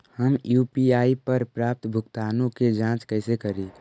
हम यु.पी.आई पर प्राप्त भुगतानों के जांच कैसे करी?